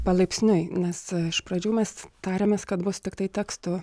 palaipsniui nes iš pradžių mes tarėmės kad bus tiktai teksto